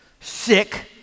sick